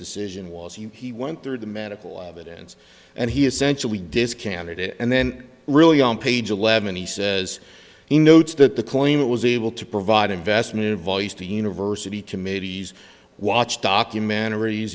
decision was he went through the medical evidence and he essentially does candidate and then really on page eleven he says he notes that the coin it was able to provide investment advice to university committees watch documentaries